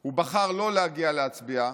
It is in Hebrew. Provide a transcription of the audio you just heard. הוא בחר שלא להגיע להצביע.